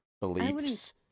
beliefs